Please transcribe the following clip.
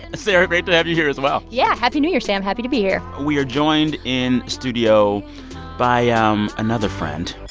ah sarah, great to have you here, as well yeah. happy new year, sam. happy to be here we are joined in studio by ah um another friend.